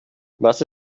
was